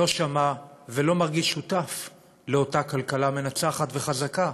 לא שמע ולא מרגיש שותף לאותה כלכלה מנצחת וחזקה.